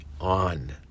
on